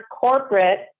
Corporate